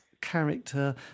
character